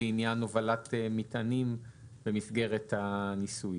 לעניין הובלת מטענים במסגרת הניסוי.